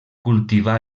cultivà